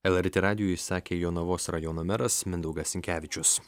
lrt radijui sakė jonavos rajono meras mindaugas sinkevičius